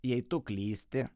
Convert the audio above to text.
jei tu klysti